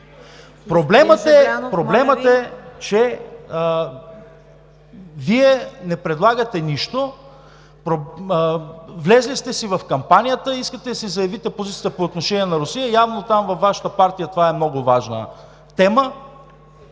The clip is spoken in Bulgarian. Проблемът е, че Вие не предлагате нищо – влезли сте си в кампанията, искате да си заявите позицията по отношение на Русия. Явно там, във Вашата партия, това е много важна тема,